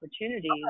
opportunities